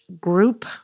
group